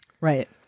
Right